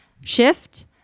shift